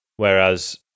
Whereas